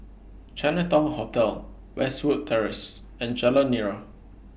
Chinatown Hotel Westwood Terrace and Jalan Nira